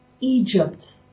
Egypt